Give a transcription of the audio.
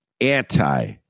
anti